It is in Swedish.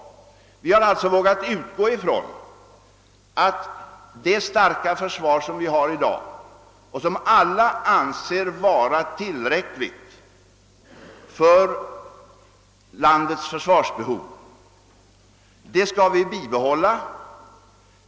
Vi har alltså vågat utgå från att det starka försvar, som vi har i dag och som alla anser vara tillräckligt för landets försvarsbehov, skall bibehållas.